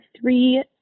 three